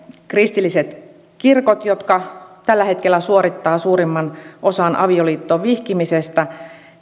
kristilliset kirkot jotka tällä hetkellä suorittavat suurimman osan avioliittoon vihkimisestä